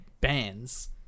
bands